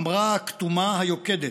"אמרה הכתומה היוקדת,